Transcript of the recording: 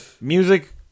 music